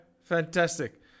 Fantastic